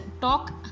talk